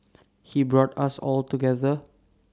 he brought us all together